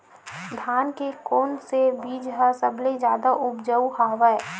धान के कोन से बीज ह सबले जादा ऊपजाऊ हवय?